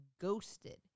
ghosted